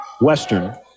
Western